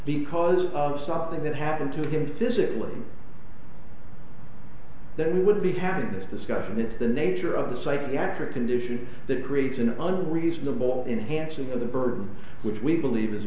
because of something that happened to him physically that would be having this discussion it's the nature of the psychiatric condition that creates an unreasonable enhancing of the burden which we believe is